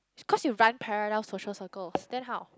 cause you run parallel social circles then how